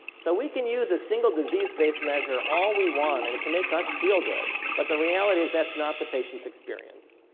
so we can use a single disease based measure all we want and it can make us feel good, but the reality is that's not the patient's experience.